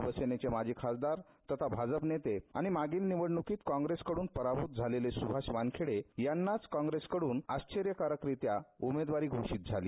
शिवसेनेचे माजी खासदार तथा भाजप नेते आणि मागील निवडणुकीत काँग्रेसकडून पराभूत झालेले सुभाष वानखेडे यांनाच काँग्रेसकडून आश्चर्यकारकरित्या उमेदवारी घोषित झाले